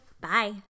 Bye